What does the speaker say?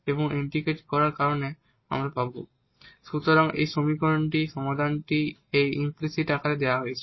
এবং ইন্টিগ্রেট করার কারণে আমরা পাব সুতরাং এই সমাধানটি এই ইমপ্লিসিট আকারে দেওয়া হয়েছে